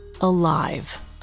alive